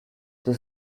this